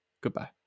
Goodbye